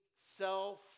self